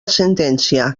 sentència